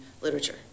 literature